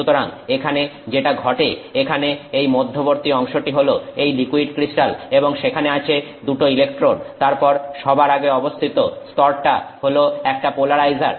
সুতরাং এখানে যেটা ঘটে এখানে এই মধ্যবর্তী অংশটি হলো এই লিকুইড ক্রিস্টাল এবং সেখানে আছে দুটো ইলেকট্রোড তারপর সবার আগে অবস্থিত স্তরটা হল একটা পোলারাইজার